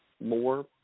more